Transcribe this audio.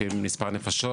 לפי מספר נפשות,